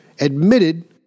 admitted